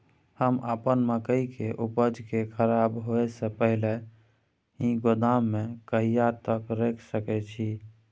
हम अपन मकई के उपजा के खराब होय से पहिले ही गोदाम में कहिया तक रख सके छी?